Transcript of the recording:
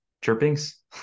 Chirpings